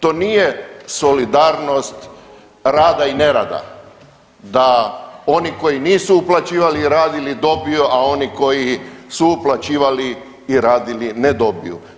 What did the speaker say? To nije solidarnost rada i nerada, da oni koji nisu uplaćivali, radili dobiju a oni koji su uplaćivali i radili ne dobiju.